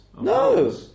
no